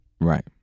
Right